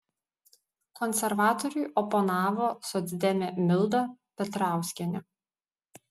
konservatoriui oponavo socdemė milda petrauskienė